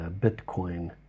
Bitcoin